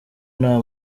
nta